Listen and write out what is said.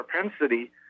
propensity